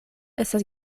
estas